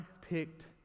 picked